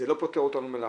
זה לא פוטר אותנו מלעשות,